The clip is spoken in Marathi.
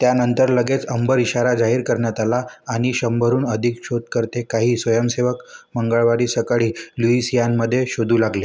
त्यानंतर लगेच अंबर इशारा जाहीर करण्यात आला आणि शंभरहून अधिक शोधकर्ते काही स्वयंसेवक मंगळवारी सकाळी लुईसियानमध्ये शोधू लागले